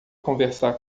conversar